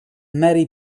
mary